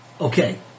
Okay